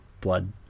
blood